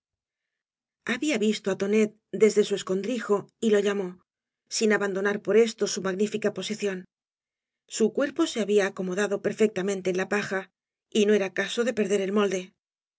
habla visto á tonet desde su escondrijo y lo v blaboo bámb llamó ein abandocar por esto bu magnifica poeieión su cuerpo se había acomodado perfectamente en la paja y no era cabo de perder el molde